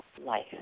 life